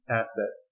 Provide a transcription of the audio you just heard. asset